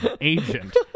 Agent